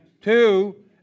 two